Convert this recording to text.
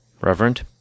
reverend